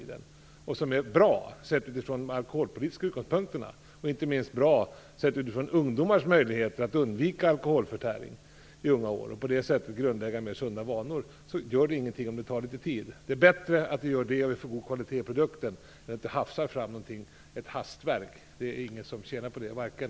Den måste vara bra från alkoholpolitiska utgångspunkter och inte minst sett utifrån ungdomars möjlighet att undvika alkoholförtäring och på det sättet grundlägga mera sunda vanor i unga år. Då gör det ingenting att det tar litet tid. Det är bättre att det tar tid och vi får en god kvalitet på produkten, än att vi hafsar fram ett hastverk. Det är ingen som tjänar på det, varken